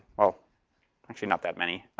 well actually not that many,